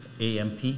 amp